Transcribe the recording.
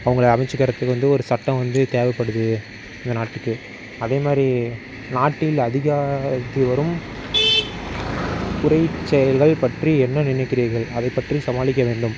அவங்கள அமைச்சுக்கறத்துக்கு வந்து ஒரு சட்டம் வந்து தேவைப்படுது இந்த நாட்டுக்கு அதேமாதிரி நாட்டில் அதிகரித்து வரும் குறைச் செயல்கள் பற்றி என்ன நினைக்கிறீர்கள் அதைப் பற்றி சமாளிக்க வேண்டும்